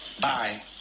Bye